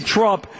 Trump